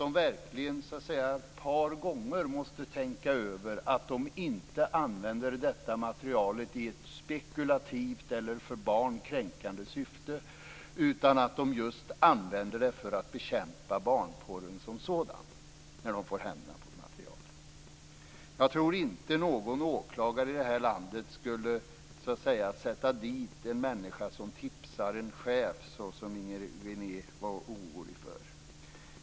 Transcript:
De måste verkligen ett par gånger tänka över detta, så att de inte använder material i ett spekulativt eller för barn kränkande syfte utan använder det för att bekämpa barnporren som sådan när de får material i händerna. Jag tror inte att någon åklagare i det här landet skulle sätta dit en människa som tipsar en chef, som Inger René var orolig för.